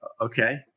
okay